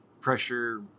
pressure